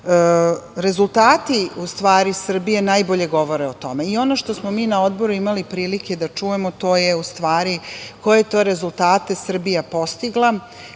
posao. Rezultati u stvari Srbije najbolje govore o tome i ono što smo mi na Odboru imali prilike da čujemo, to je u stvari koje je to rezultate Srbija postigla